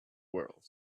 world